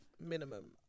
minimum